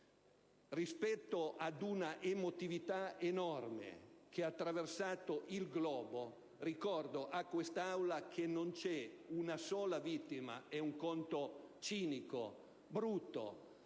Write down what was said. Rispetto ad una emotività enorme che ha attraversato il globo, ricordo a quest'Assemblea che non vi è stata una sola vittima (è un conto cinico e bruto